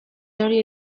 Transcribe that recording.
erori